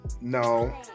no